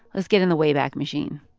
let's get in the wayback machine